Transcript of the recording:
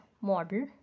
model